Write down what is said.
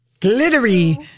glittery